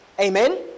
Amen